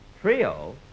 Trio